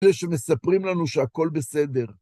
זה שמספרים לנו שהכל בסדר.